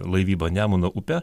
laivybą nemuno upe